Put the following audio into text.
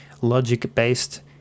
logic-based